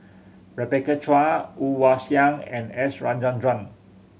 Rebecca Chua Woon Wah Siang and S Rajendran